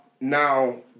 now